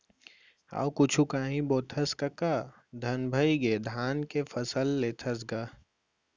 अउ कुछु कांही बोथस कका धन भइगे धाने के फसल लेथस गा?